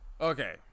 Okay